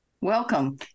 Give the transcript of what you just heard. Welcome